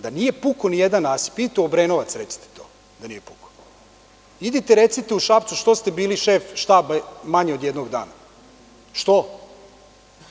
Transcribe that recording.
Da nije pukao ni jedan nasip, idite u Obrenovac i recite to da nije pukao, recite u Šapcu, što ste bili šef štaba manje od jednog dana, što?